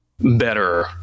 better